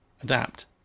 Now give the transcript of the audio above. adapt